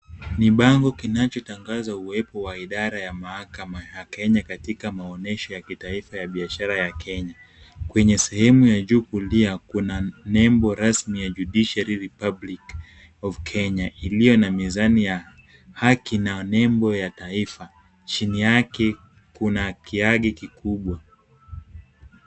Kibango kinachatangaza uwepo wa idhara ya mahakama ya Kenya katika maonyesho ya kitaifa ya biashara ya Kenya , kwenye sehemu ya juu kulia Kuna nembo rasmi ya Judiciary republic of Kenya (cs) iliyo na mizani ya haki na nembo ya taifa ,chini yake Kuna kiagi kikubwa .